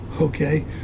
Okay